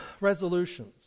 Resolutions